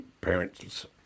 Parents